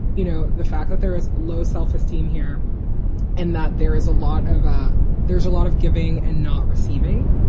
you know, the fact that there is low self-esteem here and that there is a lot of ah there's a lot of giving and not receiving.